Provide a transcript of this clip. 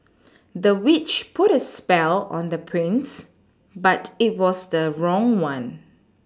the witch put a spell on the prince but it was the wrong one